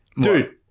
Dude